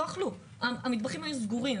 המטבחים היו סגורים,